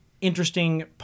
interesting